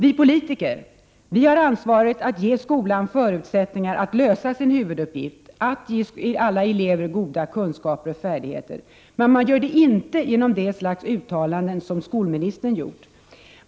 Vi politiker har ansvaret att ge skolan förutsättningar att lösa sin huvuduppgift — att ge alla elever goda kunskaper och färdigheter. Men man gör det inte genom det slags uttalanden som skolministern gjort.